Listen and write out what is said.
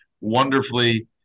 wonderfully